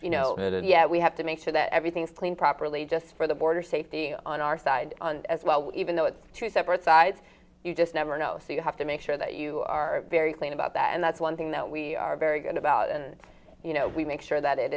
and yet we have to make sure that everything's cleaned properly just for the border safety on our side as well even though it's two separate size you just never know so you have to make sure that you are very clean about that and that's one thing that we are very good about and you know we make sure that it